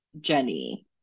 Jenny